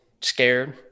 scared